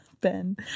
Ben